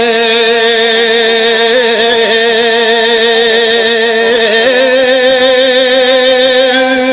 and